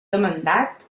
demandat